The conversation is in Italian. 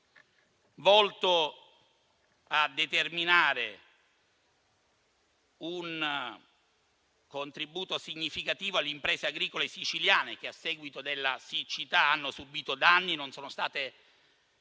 volto a determinare un contributo significativo alle imprese agricole siciliane che, a seguito della siccità, hanno subito danni e non sono state